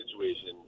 situation